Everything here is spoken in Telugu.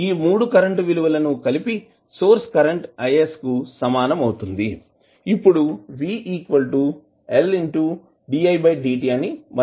ఈ మూడు కరెంటు విలువలు కలిపి సోర్స్ కరెంటు IS కు సమానం అవుతుంది ఇప్పుడు అని మనకు తెలుసు